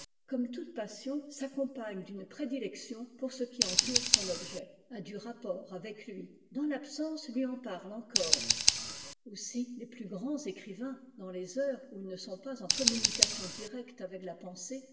ui dans l'absence lui en parle encore port avec lui dans l'absence lui en parle encore aussi les plus grands écrivains dans les heures où ils ne sont pas en communication directe avec la pensée